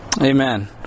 Amen